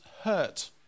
hurt